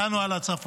דנו על הצפון.